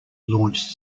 launched